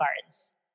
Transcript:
cards